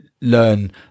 learn